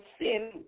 sin